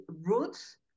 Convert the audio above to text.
roots